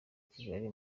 kigali